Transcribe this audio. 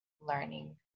learning